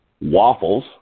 waffles